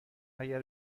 اگر